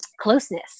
closeness